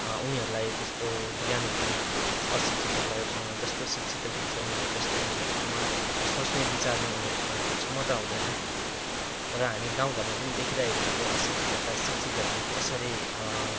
उनीहरूलाई त्यस्तो ज्ञान हुँदैन अशिक्षितहरूलाई जस्तो शिक्षितहरू हुन्छ उनीहरू जस्तै उनीहरूकोमा त्यो सोच्ने विचार्ने उनीहरूकोमा त्यो क्षमता हुँदैन र हामी गाउँघरमा पनि देखिरहेको हुन्छौँ अशिक्षितहरूलाई शिक्षितहरूले कसरी